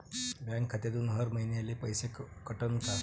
Bank खात्यातून हर महिन्याले पैसे कटन का?